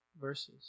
verses